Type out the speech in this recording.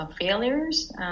failures